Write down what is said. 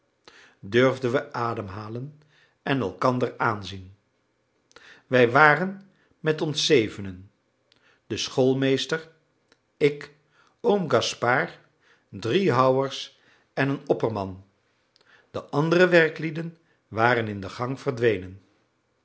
durfden we ademhalen en elkander aanzien wij waren met ons zevenen de schoolmeester ik oom gaspard drie houwers en een opperman de andere werklieden waren in de gang verdwenen